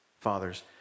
fathers